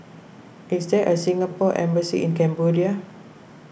is there a Singapore Embassy in Cambodia